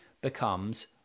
becomes